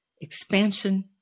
expansion